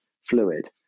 fluid